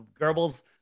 Goebbels